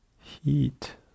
heat